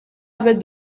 avait